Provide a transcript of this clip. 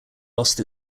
lost